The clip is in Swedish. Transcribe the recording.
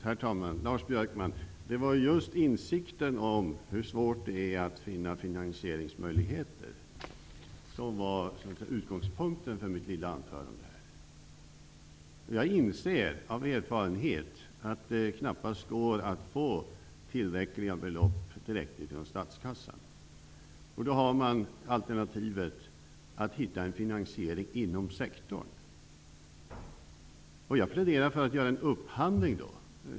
Herr talman! Det var just insikten om hur svårt det är att finna finansieringsmöjligheter som var utgångspunkten för mitt lilla anförande, Lars Björkman. Jag inser av erfarenhet att det knappast går att få tillräckliga belopp direkt från statskassan. Alternativet är då att finna en finansiering inom sektorn. Jag pläderar för att man då skall göra en upphandling.